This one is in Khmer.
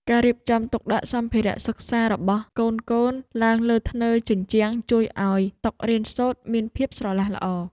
ការរៀបចំទុកដាក់សម្ភារៈសិក្សារបស់កូនៗឡើងលើធ្នើរជញ្ជាំងជួយឱ្យតុរៀនសូត្រមានភាពស្រឡះល្អ។